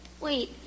wait